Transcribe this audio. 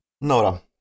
Nora